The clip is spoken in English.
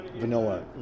vanilla